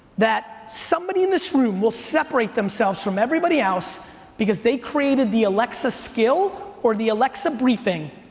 that somebody in this room will separate themselves from everybody else because they created the alexa skill or the alexa briefing,